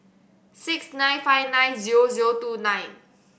six nine five nine zero zero two nine